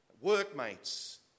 workmates